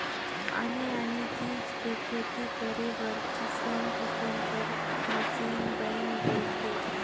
आने आने चीज के खेती करे बर किसम किसम कर मसीन बयन गइसे